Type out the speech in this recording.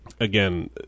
again